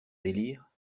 délire